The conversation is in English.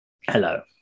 Hello